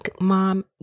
mom